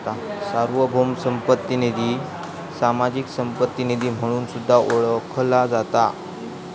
सार्वभौम संपत्ती निधी, सामाजिक संपत्ती निधी म्हणून सुद्धा ओळखला जाता